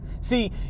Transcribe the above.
See